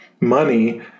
money